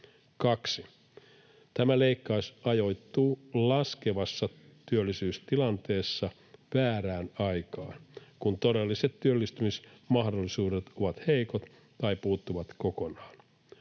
2) Tämä leikkaus ajoittuu laskevassa työllisyystilanteessa väärään aikaan, kun todelliset työllistymismahdollisuudet ovat heikot tai puuttuvat kokonaan.